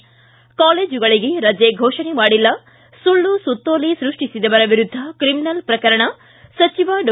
ಿ ಕಾಲೇಜುಗಳಿಗೆ ರಜೆ ಘೋಷಣೆ ಮಾಡಿಲ್ಲ ಸುಳ್ಳು ಸುತ್ತೋಲೆ ಸೃಷ್ಷಿಸಿದವರ ವಿರುದ್ಧ ತ್ರಿಮಿನಲ್ ಪ್ರಕರಣ ಸಚಿವ ಡಾ